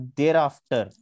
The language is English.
thereafter